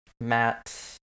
Matt